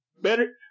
Better